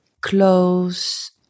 clothes